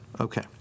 Okay